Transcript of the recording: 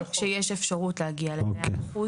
שיש אפשרות להגיע ל-100%,